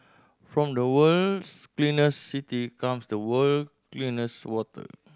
from the world's cleanest city comes the world's cleanest water